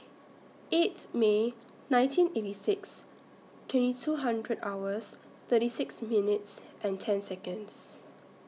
eighth May nineteen eighty six twenty two hundred hours thirty six minutes and ten Seconds